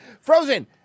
Frozen